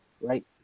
Right